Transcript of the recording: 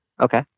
Okay